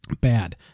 Bad